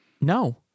No